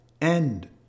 end